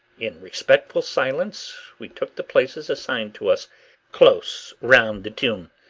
in respectful silence we took the places assigned to us close round the tomb,